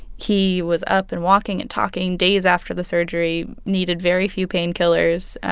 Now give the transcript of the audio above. he was up and walking and talking days after the surgery, needed very few painkillers.